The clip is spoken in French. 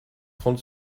trente